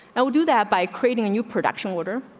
i will do that by creating a new production order.